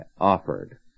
offered